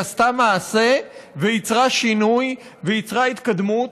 והיא עשתה מעשה ויצרה שינוי ויצרה התקדמות.